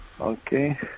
Okay